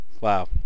Wow